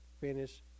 finish